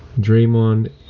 Draymond